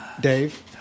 Dave